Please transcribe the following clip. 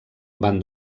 van